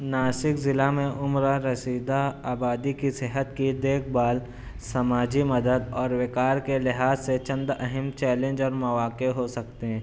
ناسک ضلع میں عمر رسیدہ آبادی کی صحت کی دیکھ بھال سماجی مدد اور وقار کے لحاظ سے چند اہم چیلنج اور مواقع ہو سکتے ہیں